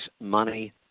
money